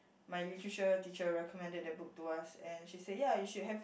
my literature teacher recommended the book to us and she said ya you should have